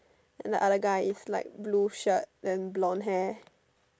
then the other guy is like blue shirt then bronze hair